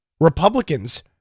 Republicans